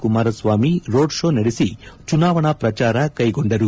Kumaraswamy road show ನಡೆಸಿ ಚುನಾವಣಾ ಪ್ರಚಾರ ಕೈಗೊಂಡರು